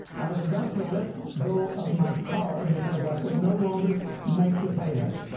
i was about to let go of my car because i could no longer make the payments,